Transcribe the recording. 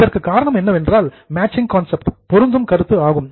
இதற்கு காரணம் என்னவென்றால் மேட்சிங் கான்செப்ட் பொருந்தும் கருத்து ஆகும்